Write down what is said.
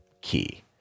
key